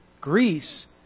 Greece